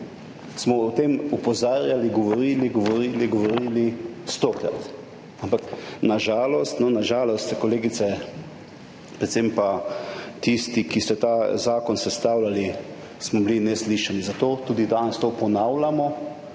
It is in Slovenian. zakonu, opozarjali, govorili, govorili, govorili, stokrat, ampak na žalost, kolegica, predvsem pa tisti, ki ste ta zakon sestavljali, smo bili neslišani, zato tudi danes to ponavljamo